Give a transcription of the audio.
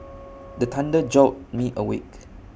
the thunder jolt me awake